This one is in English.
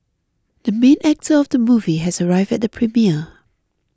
the main actor of the movie has arrived at the premiere